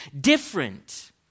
different